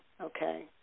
okay